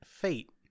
fate